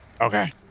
Okay